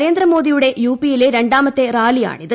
നരേന്ദ്രമോദിയുടെ യുപിയിലെ രണ്ടാമത്തെ റാലിയാണ് ഇത്